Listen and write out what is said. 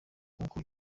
nk’uko